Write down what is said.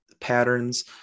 patterns